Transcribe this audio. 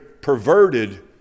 perverted